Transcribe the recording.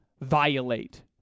violate